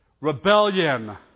rebellion